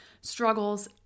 struggles